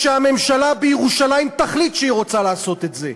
כשהממשלה בירושלים תחליט שהיא רוצה לעשות את זה.